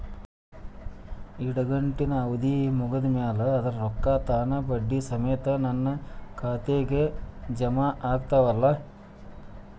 ಇಡಗಂಟಿನ್ ಅವಧಿ ಮುಗದ್ ಮ್ಯಾಲೆ ಅದರ ರೊಕ್ಕಾ ತಾನ ಬಡ್ಡಿ ಸಮೇತ ನನ್ನ ಖಾತೆದಾಗ್ ಜಮಾ ಆಗ್ತಾವ್ ಅಲಾ?